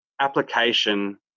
application